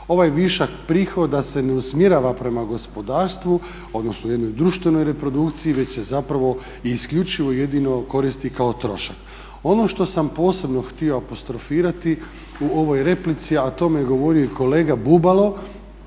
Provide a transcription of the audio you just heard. ovaj višak prihoda se ne usmjerava prema gospodarstvu, odnosno jednoj društvenoj reprodukciji već se zapravo i isključivo jedino koristi kao trošak. Ono što sam posebno htio apostrofirati u ovoj replici a o tome je govorio i kolega Bubalo